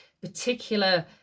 Particular